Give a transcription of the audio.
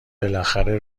بالاخره